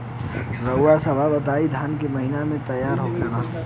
रउआ सभ बताई धान क महीना में तैयार होखेला?